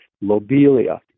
lobelia